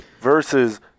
versus